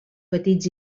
petits